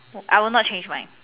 I will not change mine